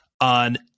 on